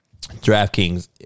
DraftKings